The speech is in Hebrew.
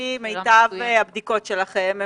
לפי מיטב הבדיקות שלכם,